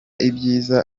ibyiza